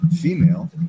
female